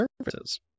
services